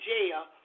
jail